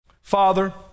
Father